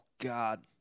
God